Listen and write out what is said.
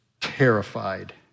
terrified